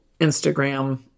Instagram